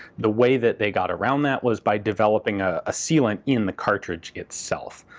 the way that they got around that was by developing a ah sealant in the cartridge itself.